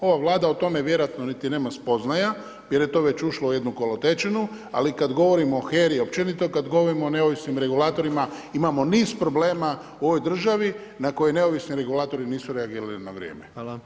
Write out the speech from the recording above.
Ova Vlada o tome vjerojatno nema niti spoznaja jer je to već ušlo u jednu kolotečinu, ali kada govorimo o HERA-i općenito kada govorimo o neovisnim regulatorima imamo niz problema u ovoj državi na koje neovisni regulatori nisu reagirali na vrijeme.